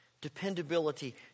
dependability